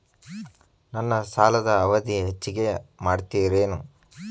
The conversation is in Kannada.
ನನ್ನ ಸಾಲದ ಅವಧಿ ಹೆಚ್ಚಿಗೆ ಮಾಡ್ತಿರೇನು?